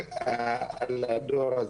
הדרוזית,